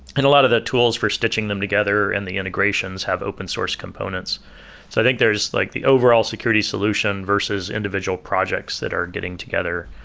and a lot of the tools for stitching them together and the integrations have open source components i think there's like the overall security solution versus individual projects that are getting together,